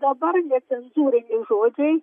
dabar necenzūriniai žodžiai